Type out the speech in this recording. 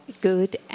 good